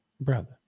Brother